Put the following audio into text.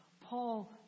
Paul